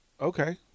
okay